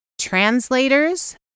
translators